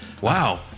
wow